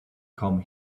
come